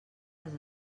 les